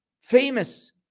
famous